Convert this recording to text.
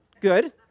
Good